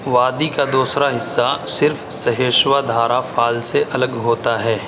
وادی کا دوسرا حصہ صرف سہیشوا دھارا فال سے الگ ہوتا ہے